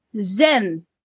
zen